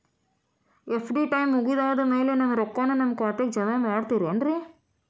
FD time ಮುಗಿದಾದ್ ಮ್ಯಾಲೆ ನಮ್ ರೊಕ್ಕಾನ ನಮ್ ಖಾತೆಗೆ ಜಮಾ ಮಾಡ್ತೇರೆನ್ರಿ?